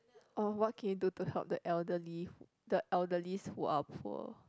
orh what can you do to help the elderly the elderlies who are poor